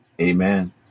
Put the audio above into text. Amen